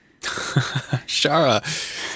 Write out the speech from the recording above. Shara